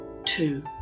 Two